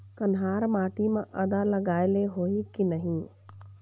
कन्हार माटी म आदा लगाए ले होही की नहीं?